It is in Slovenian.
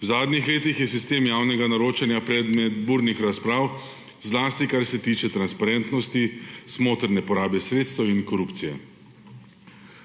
V zadnjih letih je sistem javnega naročanja predmet burnih razprav, zlasti kar se tiče transparentnosti, smotrne porabe sredstev in korupcije.